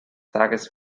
tages